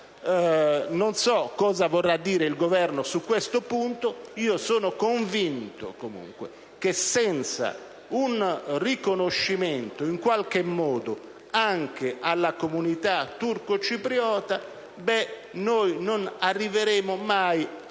Non so cosa vorrà dire il Governo su questo punto; io sono convinto comunque che senza un riconoscimento anche alla comunità turco-cipriota non arriveremo mai ad